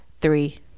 three